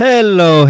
Hello